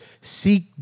seek